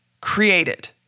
created